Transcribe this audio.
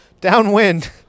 downwind